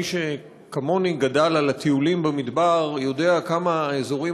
מי שכמוני גדל על הטיולים במדבר יודע כמה האזורים